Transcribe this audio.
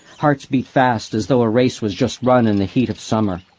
hearts beat fast as though a race was just run in the heat of summer.